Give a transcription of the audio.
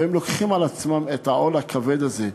לוקחים על עצמם את העול הכבד הזה,